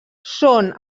són